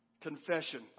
Confession